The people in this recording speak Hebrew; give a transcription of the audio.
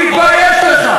תתבייש לך.